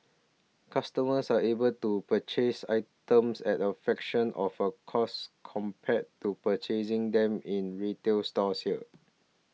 customers are able to purchase items at a fraction of a cost compared to purchasing them in retail stores here